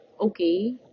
okay